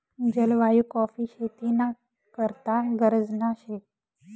जलवायु काॅफी शेती ना करता गरजना शे